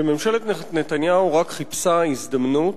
שממשלת נתניהו רק חיפשה הזדמנות